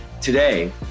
Today